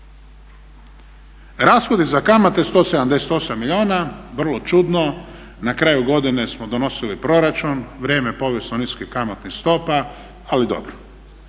Rashodi za kamate 178 milijuna. Vrlo čudno. Na kraju godine smo donosili proračun. Vrijeme povijesno niskih kamatnih stopa, ali dobro.